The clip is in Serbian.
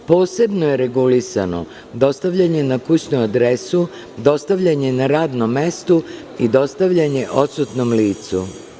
Posebno je regulisano dostavljanje na kućnu adresu, dostavljanje na radnom mestu i dostavljanje odsutnom licu.